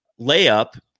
layup